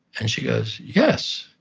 and she goes, yes.